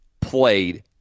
played